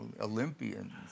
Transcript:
Olympians